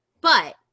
But-